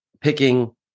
picking